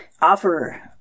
offer